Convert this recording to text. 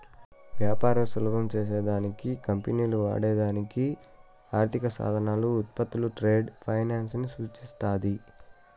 వ్యాపారాలు సులభం చేసే దానికి కంపెనీలు వాడే దానికి ఆర్థిక సాధనాలు, ఉత్పత్తులు ట్రేడ్ ఫైనాన్స్ ని సూచిస్తాది